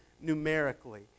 numerically